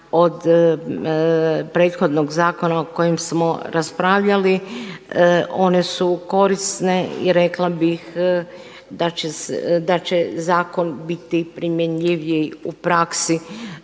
od prethodnog zakona o kojem smo raspravljali, one su korisne i rekla bih da će zakon biti primjenjiviji u praksi